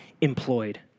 employed